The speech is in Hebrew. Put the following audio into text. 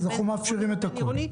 בין עירוני לבין-עירוני.